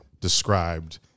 described